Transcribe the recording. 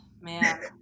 man